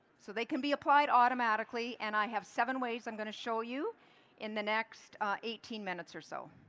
so they can be applied automati cally, and i have seven ways i'm going to show you in the next eighteen minutes or so